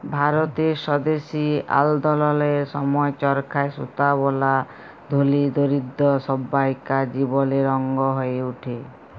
ভারতের স্বদেশী আল্দললের সময় চরখায় সুতা বলা ধলি, দরিদ্দ সব্বাইকার জীবলের অংগ হঁয়ে উঠে